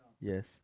Yes